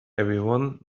everyone